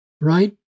right